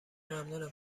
ممنونم